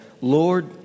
Lord